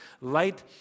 Light